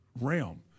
realm